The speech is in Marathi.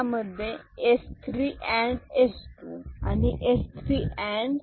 यामध्ये S 3 AND S 2 आणि S3 AND S1